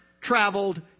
traveled